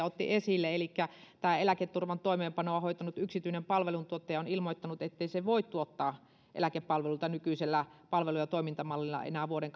otti esille tämä eläketurvan toimeenpanoa hoitanut yksityinen palveluntuottaja on ilmoittanut ettei se voi tuottaa eläkepalveluita nykyisellä palvelu ja toimintamallilla enää vuoden